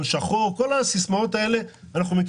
את כל הסיסמאות של הון שחור אנחנו מכירים,